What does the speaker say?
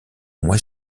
mois